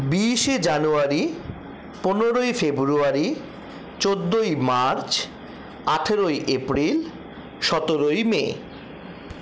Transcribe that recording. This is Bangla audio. বিশে জানুয়ারি পনেরোই ফেব্রুয়ারি চোদ্দোই মার্চ আঠেরোই এপ্রিল সতেরোই মে